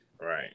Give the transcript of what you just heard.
Right